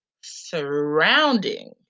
surrounding